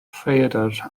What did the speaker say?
rhaeadr